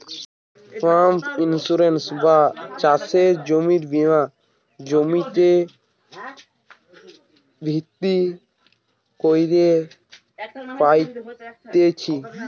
farm insurance বা চাষের জমির বীমা জমিতে ভিত্তি কইরে পাইতেছি